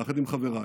יחד עם חבריי,